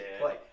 play